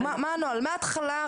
הנוהל מההתחלה,